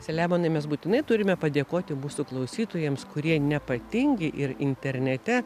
selemonai mes būtinai turime padėkoti mūsų klausytojams kurie nepatingi ir internete